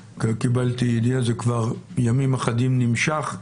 קיבלתי ידיעה שזה כבר נמשך ימים אחדים,